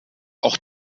auch